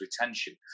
retention